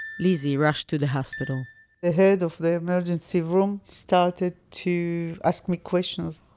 lizzie rushed to the hospital the head of the emergency room started to ask me questions.